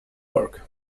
work